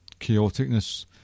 chaoticness